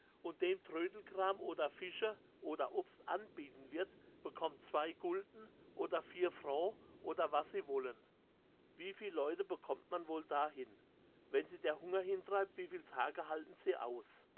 und dem trödelkram oder fische oder obst anbieten wird bekommt zwei gulden oder vier frau oder was sie wollen wie viel leute bekommt man wohl da hin wenn sie der hunger hintreibt wie viel tage halten sie aus